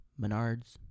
Menards